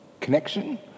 connection